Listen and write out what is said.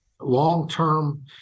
long-term